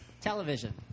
television